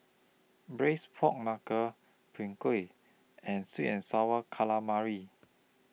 Braised Pork Knuckle Png Kueh and Sweet and Sour Calamari